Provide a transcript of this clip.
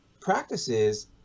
practices